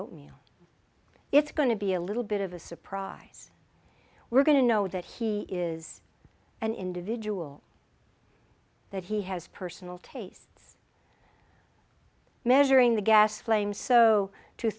oatmeal it's going to be a little bit of a surprise we're going to know that he is an individual that he has personal tastes measuring the gas flame so t